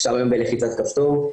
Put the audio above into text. אפשר היום בלחיצת כפתור,